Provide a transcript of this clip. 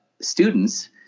students